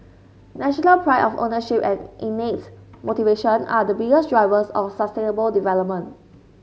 national pride of ownership and innate motivation are the biggest drivers of sustainable development